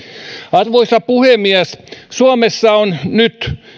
arvoisa puhemies suomessa on nyt